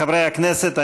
חברי הכנסת,